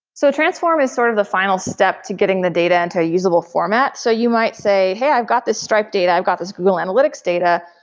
so transform is sort of the final step to getting the data into a usable format. so you might say, hey, i've got this stripe data. i've got this google analytics data,